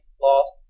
lost